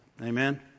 Amen